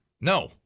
no